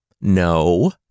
No